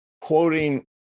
quoting